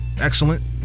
excellent